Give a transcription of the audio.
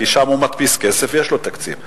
כי שם הוא מדפיס כסף ויש לו תקציב.